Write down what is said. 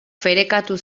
ferekatu